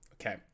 okay